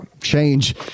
change